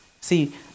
See